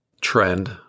trend